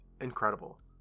incredible